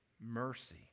mercy